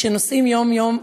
שנושאים יום-יום,